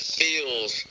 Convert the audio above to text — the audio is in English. feels